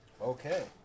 Okay